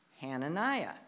Hananiah